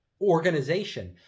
organization